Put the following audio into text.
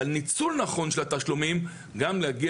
על ניצול נכון של תשלומים גם להגיע